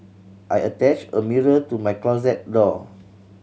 I attached a mirror to my closet door